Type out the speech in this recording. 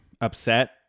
upset